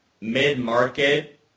mid-market